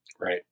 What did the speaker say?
Right